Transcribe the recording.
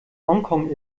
hongkong